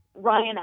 Ryan